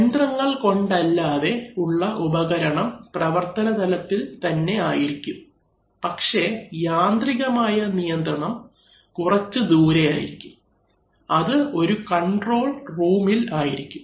യന്ത്രങ്ങൾകൊണ്ടല്ലാതെ ഉള്ള ഉപകരണം പ്രവർത്തന തലത്തിൽ തന്നെ ആയിരിക്കും പക്ഷേ യാന്ത്രികമായ നിയന്ത്രണം കുറച്ചു ദൂരെ യായിരിക്കും അത് ഒരു കൺട്രോൾ റൂമിൽ ആയിരിക്കും